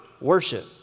worship